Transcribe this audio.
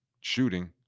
shooting